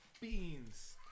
beans